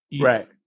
right